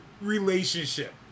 relationship